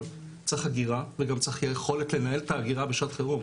צריך אגירה וגם צריך יכולת לנהל את האגירה בשעת חירום.